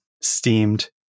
steamed